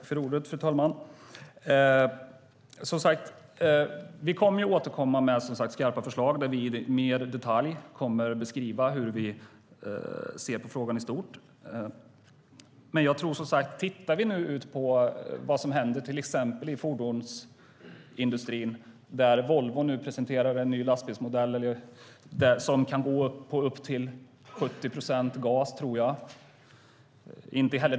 Fru talman! Som sagt: Vi kommer att återkomma med skarpa förslag där vi mer i detalj kommer att beskriva hur vi ser på frågan i stort. Om vi tittar på vad som händer till exempel i fordonsindustrin ser vi att Volvo nu presenterar en ny lastbilsmodell som kan gå på upp till 70 procent gas, tror jag.